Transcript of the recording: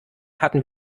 hatten